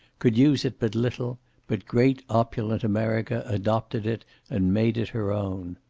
could use it but little but great opulent america adopted it and made it her own.